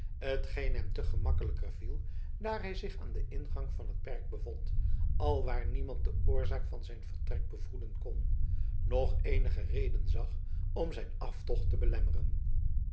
hem te gemakkelijker viel daar hij zich aan den ingang van het perk bevond alwaar niemand de oorzaak van zijn vertrek bevroeden kon noch eenige reden zag om zijn aftocht te belemmeren